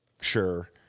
sure